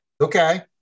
Okay